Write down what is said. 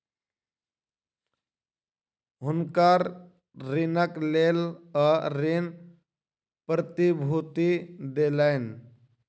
हुनकर ऋणक लेल ओ ऋण प्रतिभूति देलैन